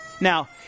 Now